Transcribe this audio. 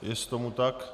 Jest tomu tak?